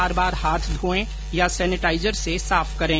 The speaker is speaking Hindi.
बार बार हाथ धोएं या सेनेटाइजर से साफ करें